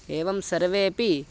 एवं सर्वेपि